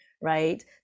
Right